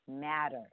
matter